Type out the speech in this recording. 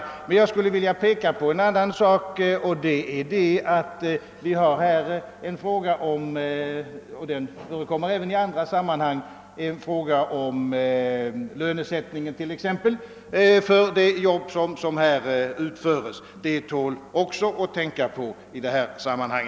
Men jag skulle redan nu vilja fästa uppmärksamheten på en sak, nämligen att det också är en fråga om lönen för det jobb som utförs. Den saken tål att tänka på i detta sammanhang.